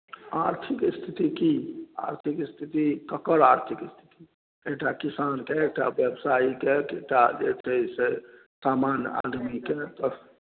आर्थिक स्थिति की आर्थिक स्थिति ककर आर्थिक स्थिति एकटा किसानके एकटा व्यवसायीके कि एकटा जे छै से सामान्य आदमीके